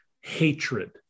hatred